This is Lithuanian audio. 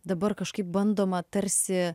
dabar kažkaip bandoma tarsi